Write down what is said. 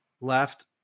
left